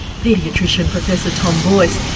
paediatrician professor tom boyce.